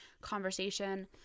conversation